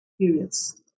periods